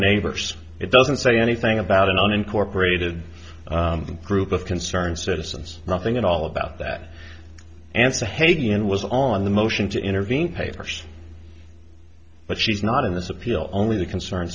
neighbors it doesn't say anything about an unincorporated group of concerned citizens nothing at all about that answer hagan was on the motion to intervene papers but she's not in this appeal only the concern